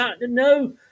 No